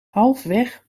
halfweg